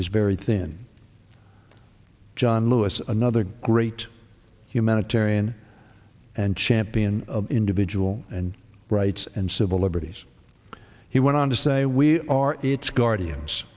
is very thin john lewis another great humanitarian and champion of individual and rights and civil liberties he went on to say we are its guard